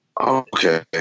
Okay